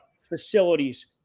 facilities